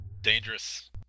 Dangerous